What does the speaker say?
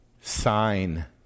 sign